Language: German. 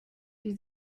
die